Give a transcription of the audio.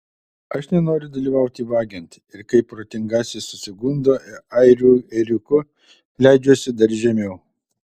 aš nenoriu dalyvauti vagiant ir kai protingasis susigundo airių ėriuku leidžiuosi dar žemiau